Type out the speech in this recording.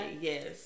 Yes